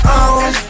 on